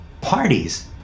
Parties